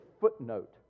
footnote